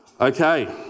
Okay